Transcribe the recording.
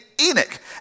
Enoch